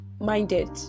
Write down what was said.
Minded